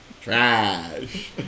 Trash